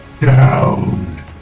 down